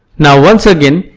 now, once again,